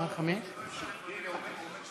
תודה לך, אדוני היושב-ראש.